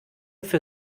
für